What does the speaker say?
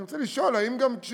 אני רוצה לשאול: האם כשיהודים